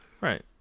Right